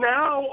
now